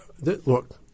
Look